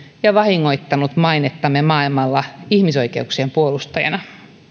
ja vahingoittanut mainettamme maailmalla ihmisoikeuksien puolustajana